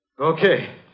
Okay